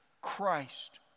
Christ